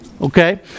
okay